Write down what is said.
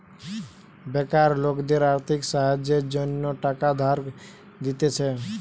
বেকার লোকদের আর্থিক সাহায্যের জন্য টাকা ধার দিতেছে